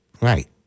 right